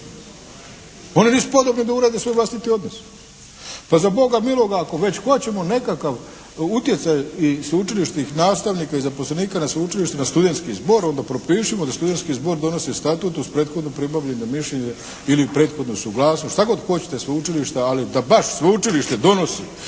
Oni nisu podobni da urede svoj vlastiti odnos. Pa za Boga miloga ako već hoćemo nekakav utjecaj i sveučilišnih nastavnika i zaposlenika na sveučilištima na studenski zbor onda propišimo da studenski zbor donosi statut uz prethodno pribavljeno mišljenje ili prethodnu suglasnost, šta god hoćete, sveučilišta. Ali da baš sveučilište donosi